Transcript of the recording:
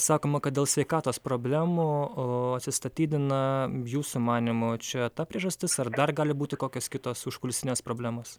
sakoma kad dėl sveikatos problemų atsistatydina jūsų manymu čia ta priežastis ar dar gali būti kokios kitos užkulisinės problemos